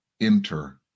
enter